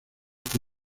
que